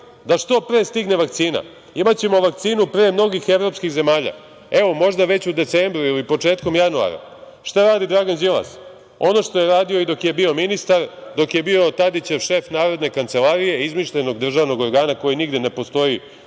da što pre stigne vakcina, imaćemo vakcinu pre mnogih evropskih zemalja, evo, možda već u decembru ili početkom januara, šta radi Dragana Đilas? Ono što je radio i dok je bio ministar, dok je bio Tadićev šef Narodne kancelarije, izmišljenog državnog organa koji nigde ne postoji